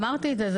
אמרתי את זה.